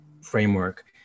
framework